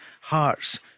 Hearts